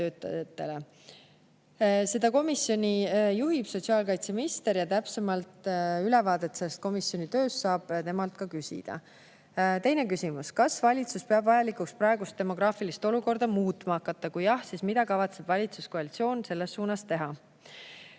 Seda komisjoni juhib sotsiaalkaitseminister ja täpsemat ülevaadet selle komisjoni tööst saab temalt küsida. Teine küsimus: "Kas valitsus peab vajalikuks praegust demograafilist olukorda muutma hakata? Kui jah, siis mida kavatseb valitsuskoalitsioon selles suunas teha?"